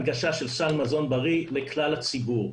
הנגשה של סל מזון בריא לכלל הציבור.